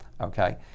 okay